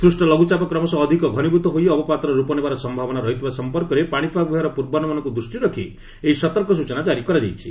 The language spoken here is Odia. ସୃଷ୍ଟ ଲଘୁଚାପ କ୍ରମଶଃ ଅଧିକ ଘନୀଭୂତ ହୋଇ ଅବପାତର ରୂପ ନେବାର ସମ୍ଭାବନା ରହିଥିବା ସମ୍ପର୍କରେ ପାଣିପାଗ ବିଭାଗର ପୂର୍ବାନୁମାନକୁ ଦୃଷ୍ଟିରେ ରଖି ଏହି ସତର୍କ ସୂଚନା ଜାରି କରାଯାଇଛି